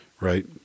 right